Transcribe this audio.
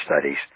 studies